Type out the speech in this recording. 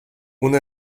una